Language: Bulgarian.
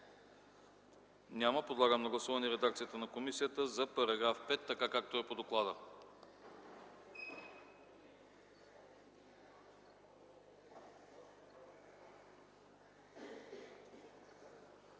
прието. Подлагам на гласуване редакцията на комисията за § 8, така както е по доклада.